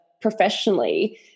professionally